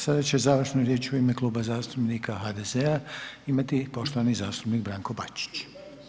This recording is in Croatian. Sada će završnu riječ u ime Kluba zastupnika HDZ-a imati poštovani zastupnik Branko Bačić.